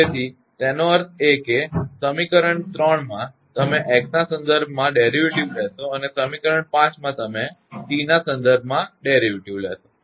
તેથી તેનો અર્થ એ કે સમીકરણ 3 માં તમે x ના સંદર્ભમાં વ્યુત્પન્ન લેશો અને સમીકરણ 5 માં તમે t ના સંદર્ભમાં વ્યુત્પન્ન લેશો